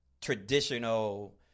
traditional